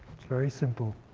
it's very simple.